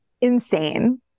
insane